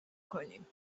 کنیم